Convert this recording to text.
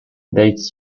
dates